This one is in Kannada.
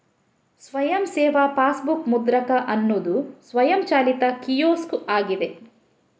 ಸ್ವಯಂ ಸೇವಾ ಪಾಸ್ಬುಕ್ ಮುದ್ರಕ ಅನ್ನುದು ಸ್ವಯಂಚಾಲಿತ ಕಿಯೋಸ್ಕ್ ಆಗಿದೆ